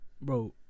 bro